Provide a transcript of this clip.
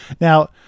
now